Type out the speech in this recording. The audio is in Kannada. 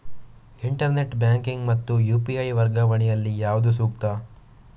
ಇಂಟರ್ನೆಟ್ ಬ್ಯಾಂಕಿಂಗ್ ಮತ್ತು ಯು.ಪಿ.ಐ ವರ್ಗಾವಣೆ ಯಲ್ಲಿ ಯಾವುದು ಸೂಕ್ತ?